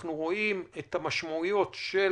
ואנחנו רואים את המשמעויות של